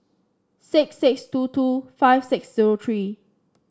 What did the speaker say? six six two two five six zero three